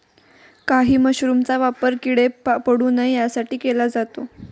काही मशरूमचा वापर किडे पडू नये यासाठी केला जातो